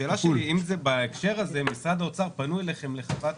האם משרד האוצר פנו אליכם כדי לקבל את חוות